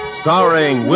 starring